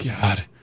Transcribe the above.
God